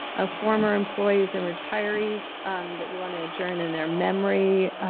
of former employees and retirees that we want to adjourn in their memory.